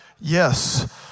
Yes